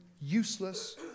useless